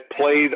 played